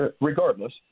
regardless